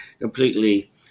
completely